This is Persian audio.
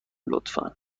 لطفا